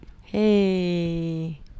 Hey